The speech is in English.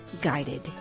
guided